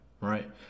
Right